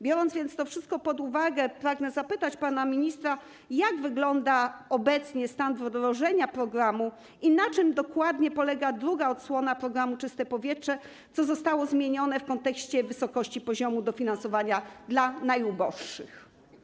Biorąc to wszystko pod uwagę, pragnę zapytać pana ministra, jak wygląda obecnie stan wdrożenia programu, na czym dokładnie polega druga odsłona programu „Czyste powietrze” i co zostało zmienione w kontekście wysokości poziomu dofinansowania dla najuboższych.